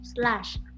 slash